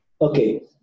Okay